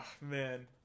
man